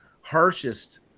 harshest